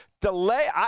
delay